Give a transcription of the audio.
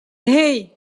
hey